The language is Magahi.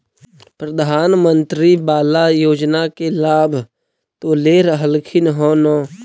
प्रधानमंत्री बाला योजना के लाभ तो ले रहल्खिन ह न?